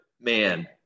man